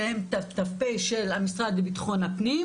שהם ת"פ של המשרד לביטחון הפנים.